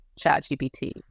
ChatGPT